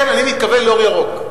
כן, אני מתכוון ל"אור ירוק".